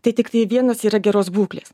tai tiktai vienas yra geros būklės